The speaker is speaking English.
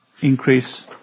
increase